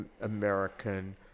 American